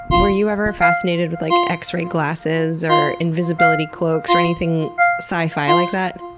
were you ever a fascinated with like x-ray glasses or invisibility cloaks or anything sci-fi like that?